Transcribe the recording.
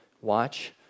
watch